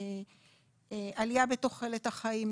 עלייה בתוחלת החיים,